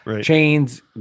chains